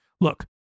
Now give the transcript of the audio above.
Look